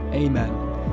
amen